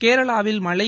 கேரளாவில் மழை